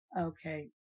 okay